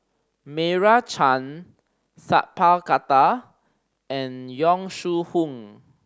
Meira Chand Sat Pal Khattar and Yong Shu Hoong